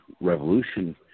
revolution